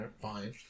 fine